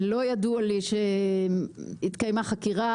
ולא ידוע לי שהתקיימה חקירה,